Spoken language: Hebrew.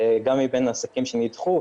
גם מבין עסקים שנדחו,